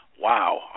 wow